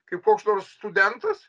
kaip koks nors studentas